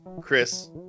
chris